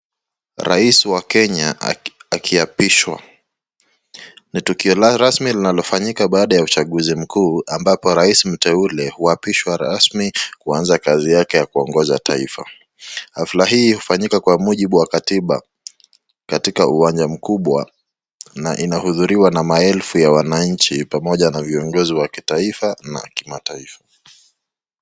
Rais wa Kenya akiapishwa. Ni tukio rasmi linalofanyika baada ya uchaguzi mkuu ambapo rais mteule huapishwa rasmi kuanza kazi yake ya kuongoza taifa. Afla hii hufanyika kwa mujibu wa katiba katika uwanja mkubwa na inahudhuriwa na maelfu ya wanainchi pamoja na viongozi wa kitaifa na kimataifa.